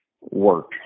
work